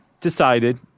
decided